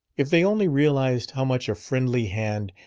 if they only realized how much a friendly hand,